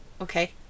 okay